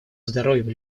здоровьем